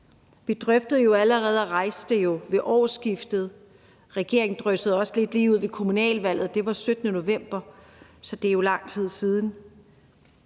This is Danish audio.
og drøftede det jo allerede ved årsskiftet. Regeringen dryssede også lidt ud ved kommunalvalget. Det var den 17. november, så det er jo lang tid siden.